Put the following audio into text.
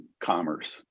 commerce